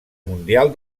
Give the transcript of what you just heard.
mundial